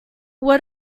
what